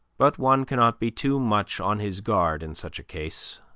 but one cannot be too much on his guard in such a case,